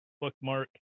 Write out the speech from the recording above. bookmark